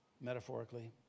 metaphorically